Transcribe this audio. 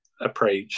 approach